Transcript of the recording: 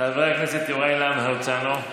חבר הכנסת יוראי להב הרצנו,